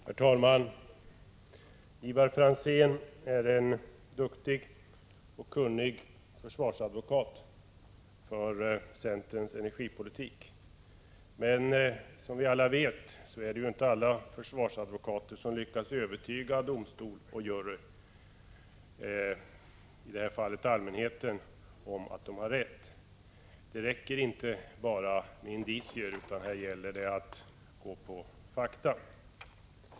Herr talman! Ivar Franzén är en duktig och kunnig försvarsadvokat för centerns energipolitik. Men som vi vet lyckas inte alla försvarsadvokater övertyga domstol och jury — i detta fall allmänheten — om att de har rätt. Det räcker inte med indicier, utan det krävs fakta.